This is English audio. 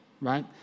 right